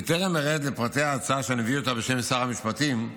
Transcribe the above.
בטרם ארד לפרטי ההצעה שאני מביא בשם שר המשפטים,